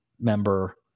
member